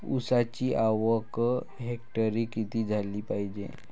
ऊसाची आवक हेक्टरी किती झाली पायजे?